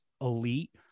elite